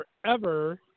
forever